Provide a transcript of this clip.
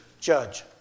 judge